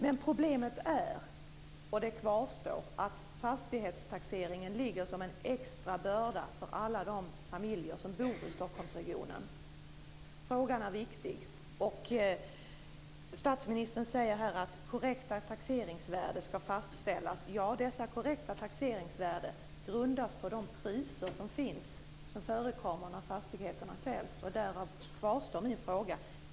Men problemet är, och det kvarstår, att fastighetstaxeringen ligger som en extra börda på alla de familjer som bor i Stockholmsregionen. Frågan är viktig. Statsministern säger här att korrekta taxeringsvärden ska fastställas. Dessa korrekta taxeringsvärden grundas på de priser som förekommer när fastigheterna säljs. Därför kvarstår min fråga.